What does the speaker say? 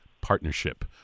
Partnership